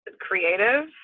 creative